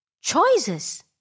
Choices